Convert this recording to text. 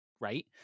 right